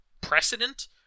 precedent